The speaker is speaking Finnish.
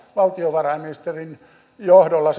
valtiovarainministerin johdolla